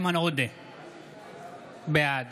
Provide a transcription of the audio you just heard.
בעד